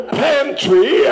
pantry